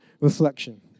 reflection